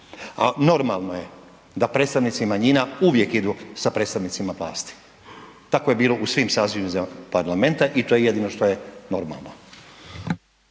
a normalno je da predstavnici manjina uvijek idu sa predstavnicima vlasti, tako je bilo u svim sazivima parlamenta i to je jedino što je normalo.